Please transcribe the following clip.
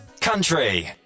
country